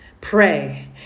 pray